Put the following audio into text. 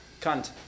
cunt